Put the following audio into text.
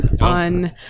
on